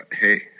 hey